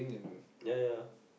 ya ya ya